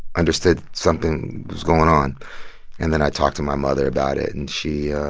understood something was going on and then i talked to my mother about it. and she ah